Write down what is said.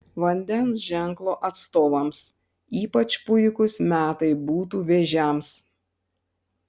vandens ženklo atstovams ypač puikūs metai būtų vėžiams